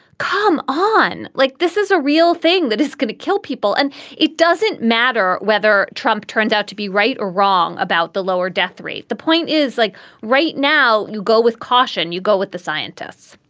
come on, like this is a real thing that is going to kill people. and it doesn't matter whether trump turns out to be right or wrong about the lower death rate. the point is, like right now, you go with caution, you go with the scientists,